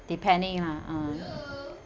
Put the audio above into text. depending lah ah